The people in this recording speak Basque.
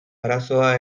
arazoa